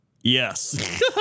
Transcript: Yes